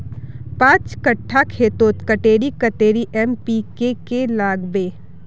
पाँच कट्ठा खेतोत कतेरी कतेरी एन.पी.के के लागबे?